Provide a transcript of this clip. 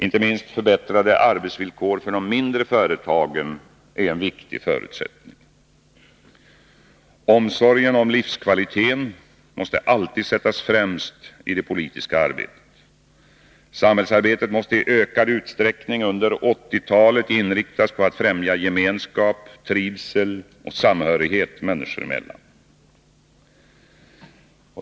Inte minst förbättrade arbetsvillkor för de mindre företagen är en viktig förutsättning. Omsorgen om livskvaliteten måste alltid sättas främst i det politiska arbetet. Samhällsarbetet måste i ökad utsträckning under 1980-talet inriktas på att främja gemenskap, trivsel och samhörighet människor emellan.